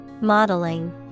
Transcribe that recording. Modeling